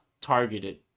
targeted